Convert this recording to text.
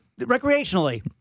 recreationally